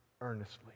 earnestly